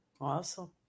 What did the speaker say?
Awesome